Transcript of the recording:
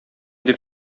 дип